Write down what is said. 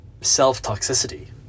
self-toxicity